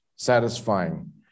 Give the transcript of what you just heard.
satisfying